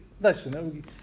listen